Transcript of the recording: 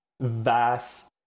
vast